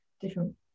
different